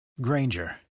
Granger